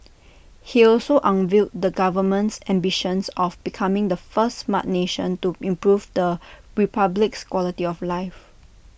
he also unveiled the government's ambitions of becoming the first Smart Nation to improve the republic's quality of life